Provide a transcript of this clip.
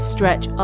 Stretch